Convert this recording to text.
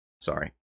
sorry